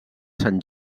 sant